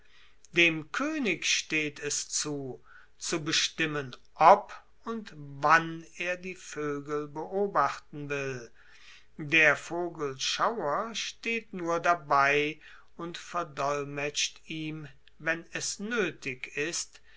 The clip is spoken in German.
dem koenig steht es zu zu bestimmen ob und wann er die voegel beobachten will der vogelschauer steht nur dabei und verdolmetscht ihm wenn es noetig ist